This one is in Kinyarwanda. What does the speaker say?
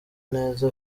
neza